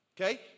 Okay